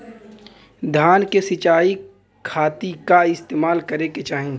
धान के सिंचाई खाती का इस्तेमाल करे के चाही?